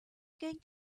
going